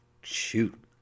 shoot